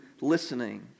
listening